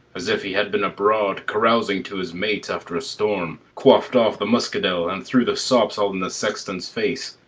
as if he had been abroad, carousing to his mates after a storm quaff'd off the muscadel, and threw the sops all in the sexton's face,